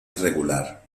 irregular